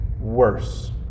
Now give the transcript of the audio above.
worse